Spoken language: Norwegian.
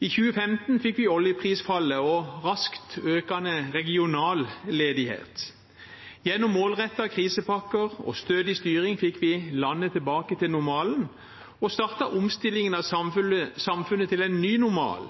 I 2015 fikk vi oljeprisfallet og raskt økende regional ledighet. Gjennom målrettede krisepakker og stødig styring fikk vi landet tilbake til normalen og startet omstillingen av samfunnet til en ny normal,